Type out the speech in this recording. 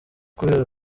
kubera